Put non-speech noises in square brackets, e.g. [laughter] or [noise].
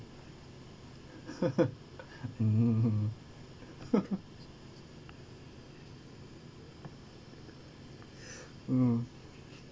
[laughs] mm [laughs] mm